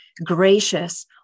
gracious